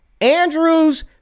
Andrews